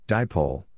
Dipole